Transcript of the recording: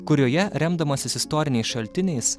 kurioje remdamasis istoriniais šaltiniais